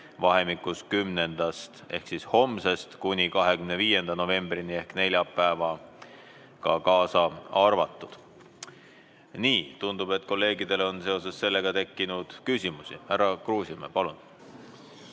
novembrist ehk siis homsest kuni 25. novembrini ehk neljapäevani (kaasa arvatud). Nii, tundub, et kolleegidel on seoses sellega tekkinud küsimusi. Härra Kruusimäe, palun!